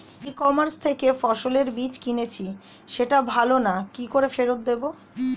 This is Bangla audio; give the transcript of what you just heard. ই কমার্স থেকে ফসলের বীজ কিনেছি সেটা ভালো না কি করে ফেরত দেব?